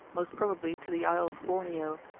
most probably to the isle of borneo,